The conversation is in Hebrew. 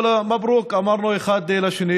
כל היום אמרנו "מברוכ" אחד לשני,